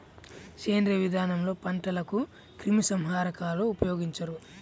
సేంద్రీయ విధానంలో పంటలకు క్రిమి సంహారకాలను ఉపయోగించరు